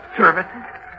services